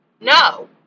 No